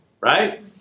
right